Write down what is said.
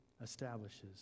establishes